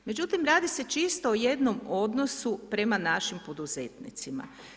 Međutim, radi se čisto o jednom odnosu prema našim poduzetnicima.